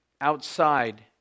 outside